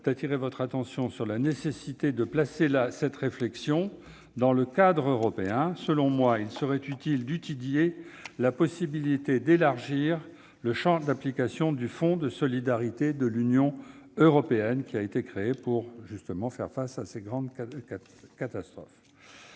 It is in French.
d'appeler votre attention sur la nécessité de placer cette réflexion dans le cadre européen. Selon moi, il serait utile d'étudier la possibilité d'élargir le champ d'application du Fonds de solidarité de l'Union européenne, qui a été créé pour faire face à ces grandes catastrophes.